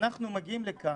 אנחנו מגיעים לכאן,